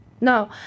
No